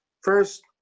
First